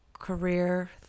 career